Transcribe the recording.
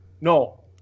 No